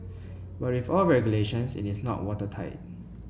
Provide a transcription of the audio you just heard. but with all regulations it is not watertight